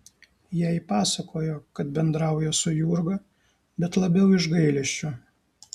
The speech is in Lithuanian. jai pasakojo kad bendrauja su jurga bet labiau iš gailesčio